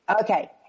Okay